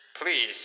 Please